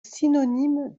synonyme